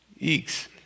Eeks